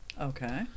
Okay